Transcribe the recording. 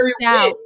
now